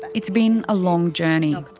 it's been a long journey. um